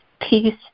peace